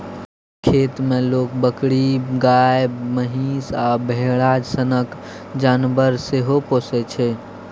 खेत मे लोक बकरी, गाए, महीष आ भेरा सनक जानबर सेहो पोसय छै